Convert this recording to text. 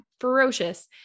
ferocious